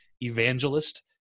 evangelist